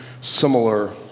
similar